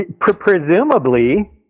Presumably